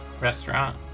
Restaurant